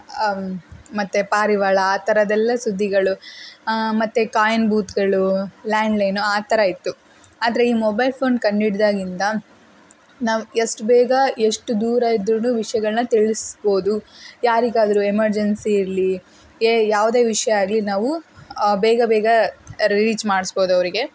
ಮತ್ತು ಪಾರಿವಾಳ ಆ ಥರದ್ದೆಲ್ಲ ಸುದ್ದಿಗಳು ಮತ್ತು ಕಾಯಿನ್ ಬೂತ್ಗಳು ಲ್ಯಾಂಡ್ಲೈನು ಆ ಥರ ಇತ್ತು ಆದರೆ ಈ ಮೊಬೈಲ್ ಫೋನ್ ಕಂಡು ಹಿಡ್ದಾಗಿಂದ ನಾವು ಎಷ್ಟ್ ಬೇಗ ಎಷ್ಟು ದೂರ ಇದ್ರೂ ವಿಷಯಗಳ್ನ ತಿಳಿಸ್ಬೋದು ಯಾರಿಗಾದ್ರೂ ಎಮರ್ಜನ್ಸಿ ಇರಲಿ ಏ ಯಾವುದೇ ವಿಷಯ ಆಗಲಿ ನಾವು ಬೇಗ ಬೇಗ ರೀಚ್ ಮಾಡ್ಸ್ಬೋದು ಅವರಿಗೆ